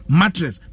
mattress